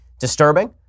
disturbing